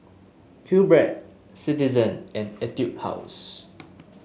QBread Citizen and Etude House